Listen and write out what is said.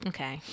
Okay